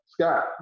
Scott